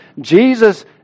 Jesus